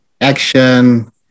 Action